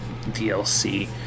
DLC